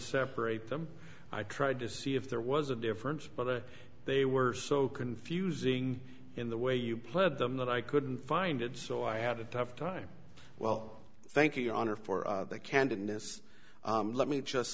separate them i tried to see if there was a difference but they were so confusing in the way you played them that i couldn't find it so i had a tough time well thank you honor for the candidness let me just